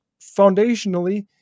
foundationally